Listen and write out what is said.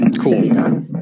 cool